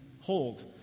hold